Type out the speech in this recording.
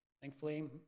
thankfully